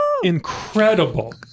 Incredible